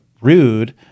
rude